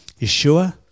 Yeshua